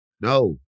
No